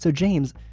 so james,